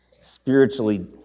spiritually